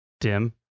dim